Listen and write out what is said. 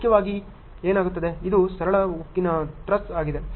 ಮುಖ್ಯವಾಗಿ ಏನಾಗುತ್ತದೆ ಇದು ಸರಳ ಉಕ್ಕಿನ ಟ್ರಸ್ ಆಗಿದೆ